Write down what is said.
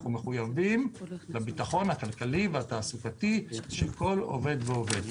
אנחנו מחויבים לביטחון הכלכלי והתעסוקתי של כל עובד ועובד.